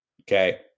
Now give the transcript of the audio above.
Okay